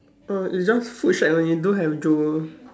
err it's just food shack only don't have Joe